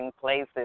places